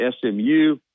SMU